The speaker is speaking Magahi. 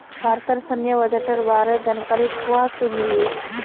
भारतेर सैन्य बजटेर बारे जानकारी कुहाँ से मिल बे